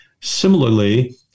Similarly